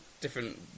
different